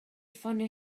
ffonio